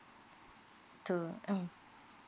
to um